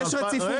יש רציפות.